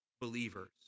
believers